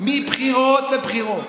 מבחירות לבחירות?